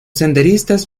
senderistas